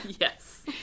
yes